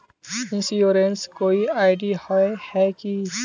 Insurance कोई ID होय है की?